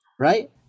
right